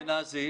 גנץ ואשכנזי,